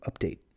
update